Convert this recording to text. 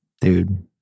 Dude